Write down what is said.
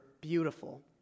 beautiful